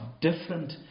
different